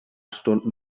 stunden